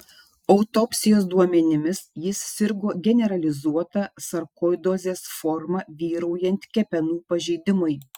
autopsijos duomenimis jis sirgo generalizuota sarkoidozės forma vyraujant kepenų pažeidimui